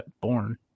born